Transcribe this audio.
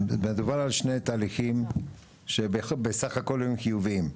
מדובר בתהליכים שבסך הכול הם חיוביים.